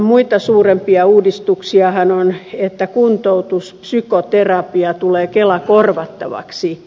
muita suurempia uudistuksiahan on että kuntoutus psykoterapia tulee kelakorvattavaksi